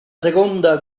seconda